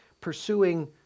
pursuing